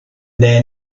then